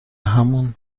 همون